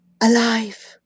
Alive